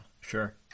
sure